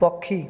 ପକ୍ଷୀ